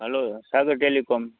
hello Sagar telecom